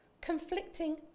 Conflicting